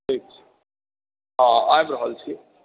ठीक छै हँ आबि रहल छी